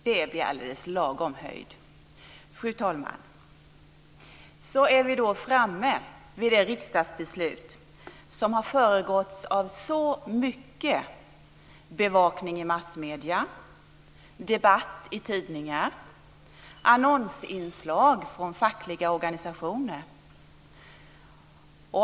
Fru talman! Så är vi framme vid det riksdagsbeslut som har föregåtts av så mycket bevakning i massmedierna, debatt i tidningar, annonsinslag från fackliga organisationer.